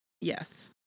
Yes